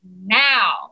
now